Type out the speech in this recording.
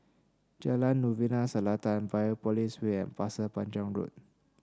Jalan Novena Selatan Biopolis Way and Pasir Panjang Road